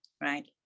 right